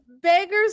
Beggars